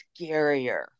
scarier